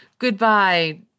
Goodbye